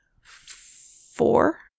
four